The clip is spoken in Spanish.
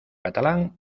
catalán